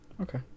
Okay